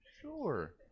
Sure